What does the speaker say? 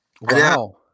Wow